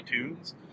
iTunes